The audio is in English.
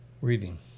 Reading